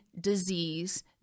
disease